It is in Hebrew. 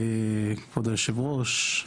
כבוד היושב-ראש,